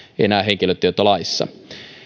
enää henkilötietolaissa